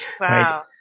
Wow